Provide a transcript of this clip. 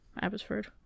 Abbotsford